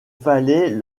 fallait